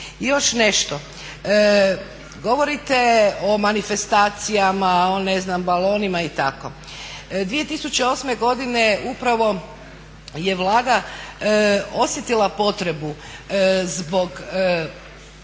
još nešto, govorite o manifestacijama o ne znam balonima i tako, 2008.godine je upravo Vlada osjetila potrebu zbog